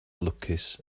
lwcus